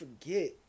forget